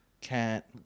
cat